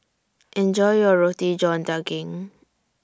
Enjoy your Roti John Daging